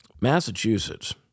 Massachusetts